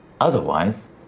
Otherwise